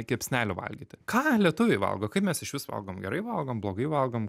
kepsnelių valgyti ką lietuviai valgo kaip mes išvis valgom gerai valgom blogai valgom